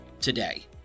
today